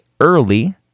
early